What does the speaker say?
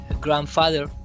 grandfather